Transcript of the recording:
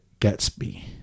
Gatsby